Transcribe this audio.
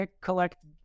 collect